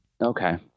Okay